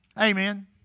Amen